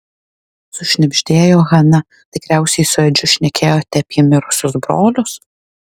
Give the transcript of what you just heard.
sušnibždėjo hana tikriausiai su edžiu šnekėjote apie mirusius brolius